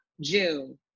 June